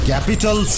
Capital